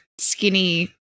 skinny